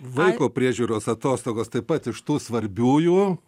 vaiko priežiūros atostogos taip pat iš tų svarbiųjų